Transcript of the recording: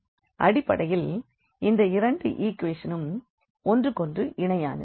அடிப்படையில் இரண்டு ஈக்வேஷன் ம் ஒன்றுக்கொன்று இணையானது